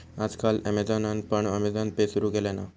आज काल ॲमेझॉनान पण अँमेझॉन पे सुरु केल्यान हा